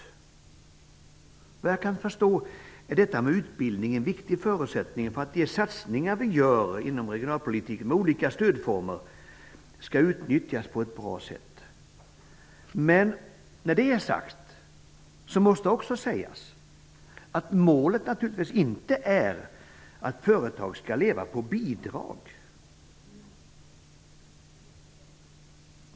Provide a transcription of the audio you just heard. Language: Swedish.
Såvitt jag förstår är detta med utbildning en viktig förutsättning för att de satsningar som vi gör inom regionalpolitikens område med olika stödformer utnyttjas på ett bra sätt. I och med att detta har sagts måste jag också säga att målet naturligtvis inte är att företag skall leva på bidrag.